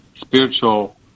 spiritual